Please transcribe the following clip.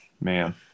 Man